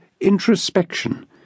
introspection